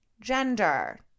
gender